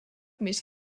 mis